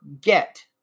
get